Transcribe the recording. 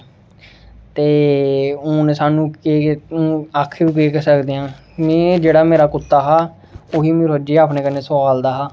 ते हून सानूं आखी बी केह् सकदे आं मे जेह्ड़ा मेरा कुत्ता हा उसी में रोजै दे अपने कन्नै सुआलदा हा